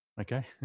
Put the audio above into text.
Okay